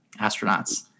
Astronauts